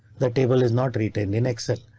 the table is not retained in excel.